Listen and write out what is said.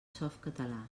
softcatalà